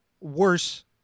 worse